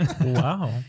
Wow